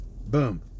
boom